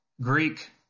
Greek